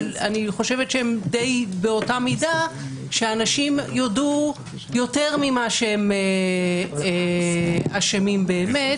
שאני חושבת שהם באותה מידה שאנשים יודו יותר ממה שהם אשמים באמת,